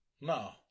No